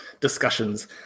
discussions